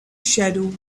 shadow